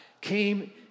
came